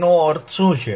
તેનો અર્થ શું છે